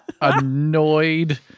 annoyed